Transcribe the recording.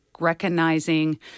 Recognizing